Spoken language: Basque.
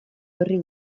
horri